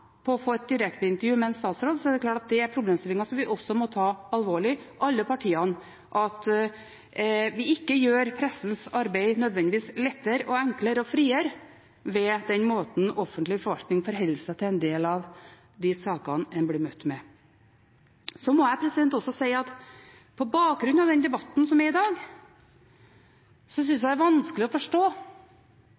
på å få et direkteintervju med en statsråd, er det klart at det er problemstillinger som alle partier må ta alvorlig, at en ikke gjør pressens arbeid nødvendigvis lettere, enklere og friere ved den måten offentlig forvaltning forholder seg på til en del av de sakene en blir møtt med. Så må jeg også si at på bakgrunn av den debatten som er i dag, synes jeg det er vanskelig å forstå